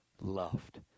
loved